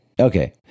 Okay